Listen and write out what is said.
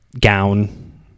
gown